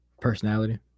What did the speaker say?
Personality